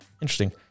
Interesting